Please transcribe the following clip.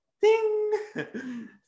Ding